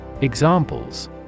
Examples